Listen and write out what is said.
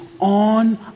on